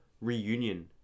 reunion